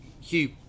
Hugh